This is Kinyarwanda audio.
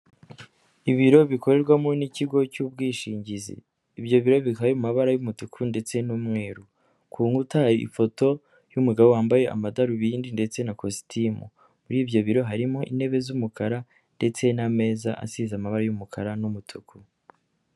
Ibiro bikorerwamo n'ikigo cy'ubwishingizi, ibyo biro bikaba biri mu mabara y'umutuku ndetse n'umweru, ku nkuta hari ifoto y'umugabo wambaye amadarubindi ndetse na kositimu, muri ibyo biro harimo intebe z'umukara ndetse n'ameza asize amabara y'umukara n'umutuku.